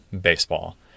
baseball